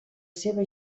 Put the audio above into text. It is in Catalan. seva